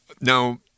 Now